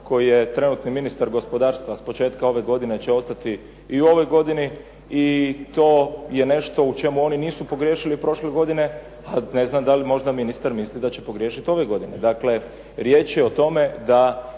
koji je trenutni ministar gospodarstva s početka ove godine će ostati i u ovoj godini i to je nešto u čemu oni nisu pogriješili prošle godine, ali ne znam da li možda ministar misli da će pogriješiti ove godine. Dakle riječ je o tome da